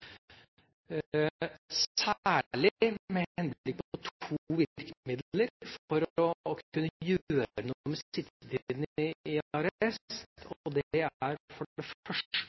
to virkemidler for å kunne gjøre noe med sittetidene i arrest. Det er for det første